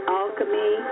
alchemy